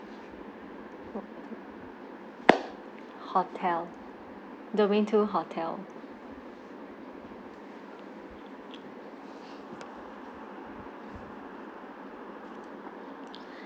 hotel domain two hotel